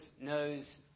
knows